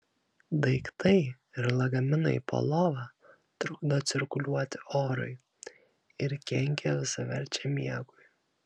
daiktai ir lagaminai po lova trukdo cirkuliuoti orui ir kenkia visaverčiam miegui